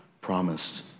promised